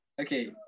Okay